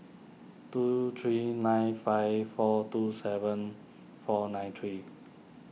two three nine five four two seven four nine three